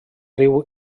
riu